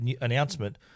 announcement